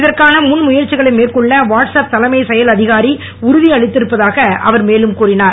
இதற்கான முன் முயற்சிகளை மேற்கொள்ள வாட்ஸ் ஆப் தலைமை செயல் அதிகாரி உறுதி அளித்திருப்பதாக அவர் மேலும் கூறினார்